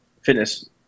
fitness